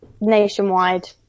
nationwide